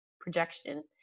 projection